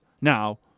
now